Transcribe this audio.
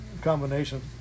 combination